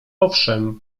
owszem